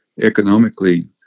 economically